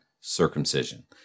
circumcision